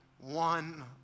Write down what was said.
One